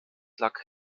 lag